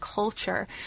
culture